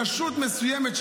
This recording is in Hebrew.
רשות מסוימת,